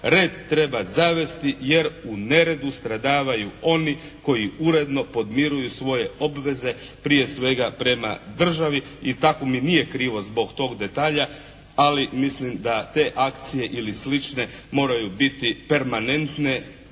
Red treba zavesti jer u neredu stradavaju oni koji uredno podmiruju svoje obveze, prije svega prema državi i tako mi nije krivo zbog tog detalja, ali mislim da te akcije ili slične moraju biti permanentne